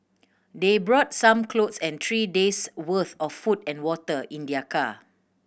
they brought some clothes and three day's worth of food and water in their car